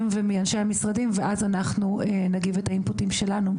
ומאנשי המשרדים ואז אנחנו נגיב את ה'אינפוטים' שלנו,